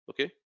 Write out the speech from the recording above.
okay